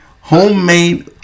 Homemade